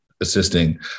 assisting